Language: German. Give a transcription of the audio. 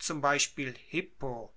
zum beispiel hippo